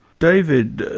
david,